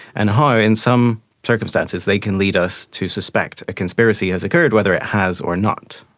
and how, in some circumstances, they can lead us to suspect a conspiracy has occurred, whether it has or not.